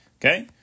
Okay